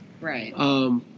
Right